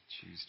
Choose